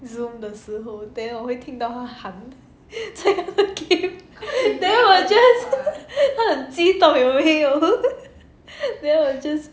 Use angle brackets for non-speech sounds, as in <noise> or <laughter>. Zoom 的时候 then 我会听到他喊 <laughs> 在那个 game then 我 just <laughs> 他很激动有没有 <laughs> then 我 just